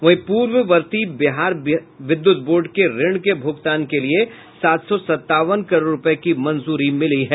वहीं पूर्ववर्ती बिहार विद्युत बोर्ड के ऋण के भूगतान के लिए सात सौ सत्तावन करोड़ रूपये की मंजूरी मिली है